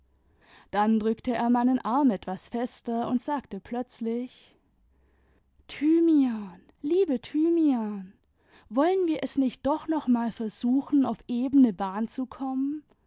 dann drückte er meinen arm etwas fester und sagte plötzlich thymian i liebe thymian i wollen wir es nicht doch noch mal versuchen auf ebene bahn zu kommen